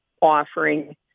offering